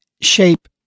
shape